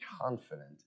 confident